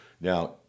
Now